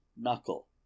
knuckle